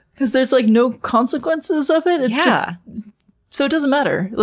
because there's like no consequences of it. it yeah so doesn't matter.